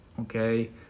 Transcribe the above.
okay